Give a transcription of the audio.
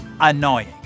annoying